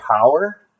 power